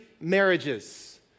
marriages